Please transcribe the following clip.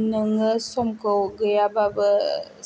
नोङो समखौ गैयाबाबो